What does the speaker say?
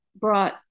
brought